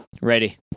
Ready